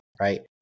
right